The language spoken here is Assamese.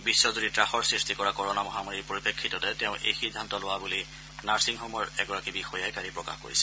বিশ্বজুৰি ত্ৰাসৰ সৃষ্টি কৰা কৰনা মহামাৰীৰ পৰিপ্ৰেক্ষিততে তেওঁ এই সিদ্ধান্ত লোৱা বুলি তেওঁৰ নাৰ্ছিং হমৰ এগৰাকী বিষয়াই কালি প্ৰকাশ কৰিছে